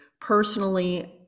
personally